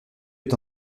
est